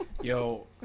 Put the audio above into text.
Yo